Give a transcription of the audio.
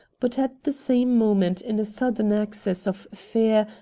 but at the same moment, in a sudden access of fear,